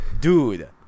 Dude